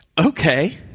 Okay